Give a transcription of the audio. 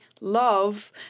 love